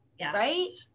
Right